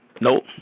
Nope